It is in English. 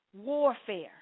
Warfare